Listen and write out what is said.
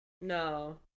no